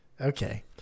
Okay